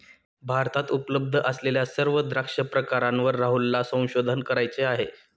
भारतात उपलब्ध असलेल्या सर्व द्राक्ष प्रकारांवर राहुलला संशोधन करायचे आहे